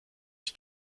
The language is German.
ich